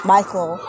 Michael